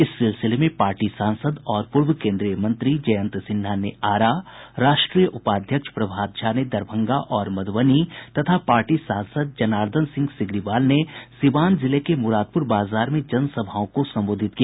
इस सिलसिले में पार्टी सांसद और पूर्व केन्द्रीय मंत्री जयंत सिन्हा ने आरा राष्ट्रीय उपाध्यक्ष प्रभात झा ने दरभंगा और मध्रबनी तथा पार्टी सांसद जनार्दन सिंह सिग्रीवाल ने सीवान जिले के मदारपुर बाजार में जनसभाओं को संबोधित किया